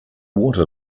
water